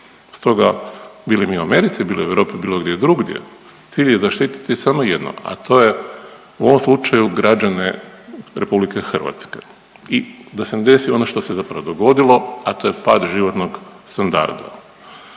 stoga bili mi u Americi, bili u Europi ili bilo gdje drugdje, cilj je zaštititi samo jedno, a to je u ovom slučaju građane RH i da se ne desi ono što se zapravo dogodilo, a to je pad životnog standarda.